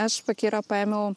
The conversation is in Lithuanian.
aš fakirą paėmiau